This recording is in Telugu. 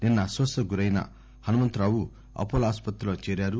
నిన్న అస్వస్థతకు గురైన హనుమంతరావు అపోలో ఆస్సత్రిలో చేరారు